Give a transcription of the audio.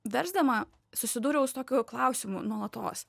versdama susidūriau su tokiu klausimu nuolatos